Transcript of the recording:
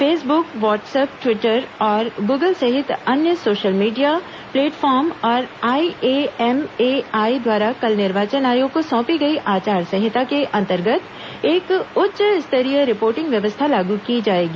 Facebook WhatsApp Twitter और Google सहित अन्य सोशल मीडिया प्लेटफॉर्म और आईएएमएआई द्वारा कल निर्वाचन आयोग को सौंपी गई आचार संहिता के अंतर्गत एक उच्च स्तरीय रिपोर्टिंग व्यवस्था लागू की जाएगी